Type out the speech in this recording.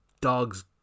dog's